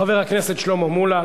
חבר הכנסת שלמה מולה.